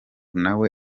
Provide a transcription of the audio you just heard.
nawe